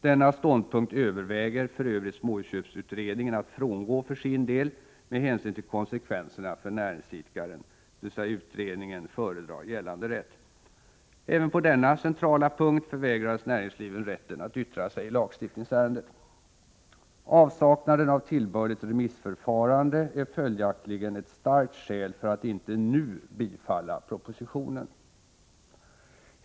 Denna ståndpunkt överväger för övrigt småhusköpsutredningen att frångå för sin del, med hänsyn till konsekvenserna för näringsidkaren, dvs. utredningen föredrar gällande rätt. Även på denna centrala punkt förvägrades näringslivet rätten att yttra sig i lagstiftningsärendet. Avsaknaden av tillbörligt remissförfarande är följaktligen ett starkt skäl för att inte nu bifalla propositionen.